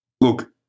look